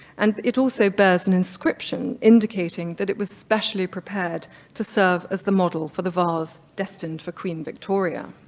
and it also bears an inscription indicating that it was specially prepared to serve as the model for the vase destined for queen victoria.